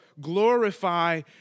glorify